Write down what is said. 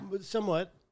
Somewhat